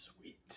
Sweet